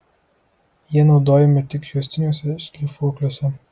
jie naudojami tik juostiniuose šlifuokliuose